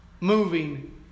moving